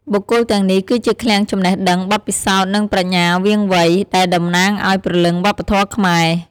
បុគ្គលទាំងនេះ គឺជាឃ្លាំងចំណេះដឹង បទពិសោធន៍ និងប្រាជ្ញាវាងវៃ ដែលតំណាងឱ្យព្រលឹងវប្បធម៌ខ្មែរ។